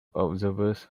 observers